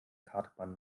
kartbahn